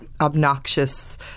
obnoxious